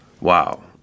Wow